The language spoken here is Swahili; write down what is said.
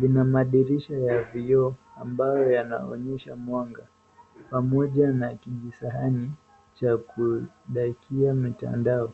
lina madirisha ya vioo ambayo yanaonyesha mwanga pamoja na kijisahani cha kudakia mitandao.